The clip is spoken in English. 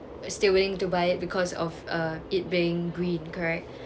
still willing to buy it because of uh it being green correct